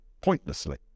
pointlessly